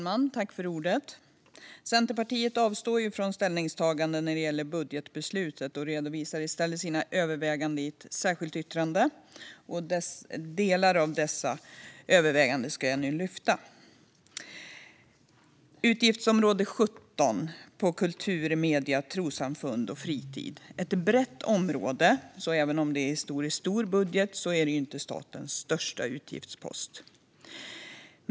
Fru talman! Centerpartiet avstår från ställningstagande när det gäller budgetbeslutet och redovisar i stället sina överväganden i ett särskilt yttrande. Delar av dessa överväganden ska jag nu lyfta fram. Utgiftsområde 17 Kultur, medier, trossamfund och fritid är ett brett område. Även om det är en historiskt stor budget är det här inte statens största utgiftspost.